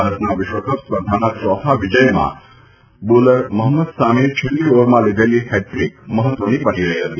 ભારતના વિશ્વકપ સ્પર્ધાના ચોથા વિજયમાં બોલરમાં મહંમદ સામીએ છેલ્લી ઓવરમાં લીધેલી હેટ્રીક મહત્વની બની રહી હતી